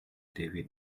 david